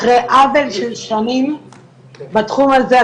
אחרי עוול של שנים בתחום הזה.